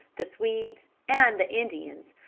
the swedes, and the indians,